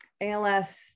ALS